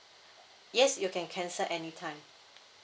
yes you can cancel anytime